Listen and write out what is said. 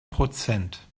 prozent